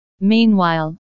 Meanwhile